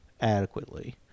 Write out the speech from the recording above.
adequately